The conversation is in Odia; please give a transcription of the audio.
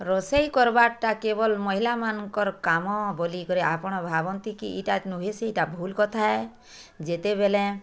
ରୋଷେଇ କର୍ବାରଟା କେବଲ୍ ମହିଲାମାନଙ୍କର୍ କାମ ବୋଲିକରି ଆପଣ ଭାବନ୍ତି କି ଏଇଟା ନୁହେଁ ସେଇଟା ଭୁଲ୍ କଥା ହେ ଯେତେବେଲେଁ